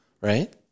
right